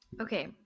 Okay